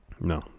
No